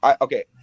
okay